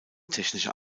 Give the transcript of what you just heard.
technischen